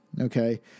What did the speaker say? okay